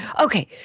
Okay